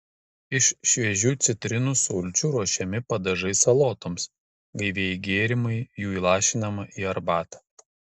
iš šviežių citrinų sulčių ruošiami padažai salotoms gaivieji gėrimai jų įlašinama į arbatą